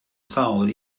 solid